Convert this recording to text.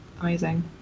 amazing